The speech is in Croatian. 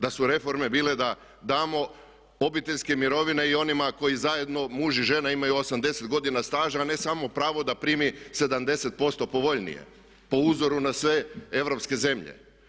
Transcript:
Da su reforme bile da damo obiteljske mirovine i onima koji zajedno muž i žena imaju 80 godina staža a ne samo pravo da primi 70% povoljnije po uzoru na sve europske zemlje.